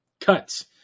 cuts